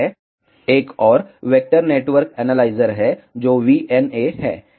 एक और vector network analyser है जो VNA है